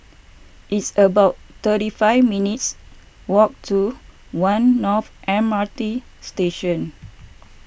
it's about thirty five minutes' walk to one North M R T Station